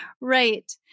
right